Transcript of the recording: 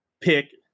pick